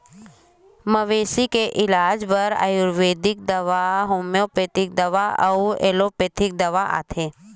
मवेशी के इलाज बर आयुरबेदिक दवा, होम्योपैथिक दवा अउ एलोपैथिक दवा आथे